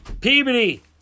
Peabody –